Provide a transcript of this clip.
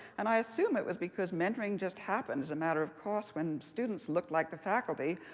and i assumed it was because mentoring just happened as a matter of course when students looked like the faculty,